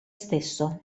stesso